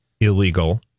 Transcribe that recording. illegal